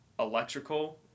electrical